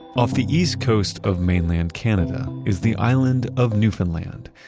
off the east coast of mainland canada is the island of newfoundland.